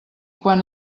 quan